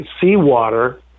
seawater